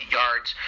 yards